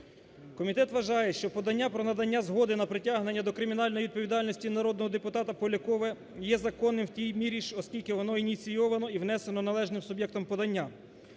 Комітет вважає, що подання про надання згоди на притягнення до кримінальної відповідальності народного депутата Полякова є законним в тій мірі, оскільки воно ініційовано і внесене належним суб'єктом подання,